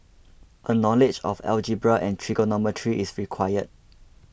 a knowledge of algebra and trigonometry is required